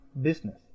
business